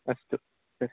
अस्तु तत्